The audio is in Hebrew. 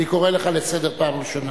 אני קורא אותך לסדר פעם ראשונה.